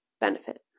benefit